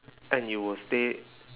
and you will stay